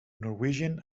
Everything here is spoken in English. norwegian